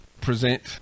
present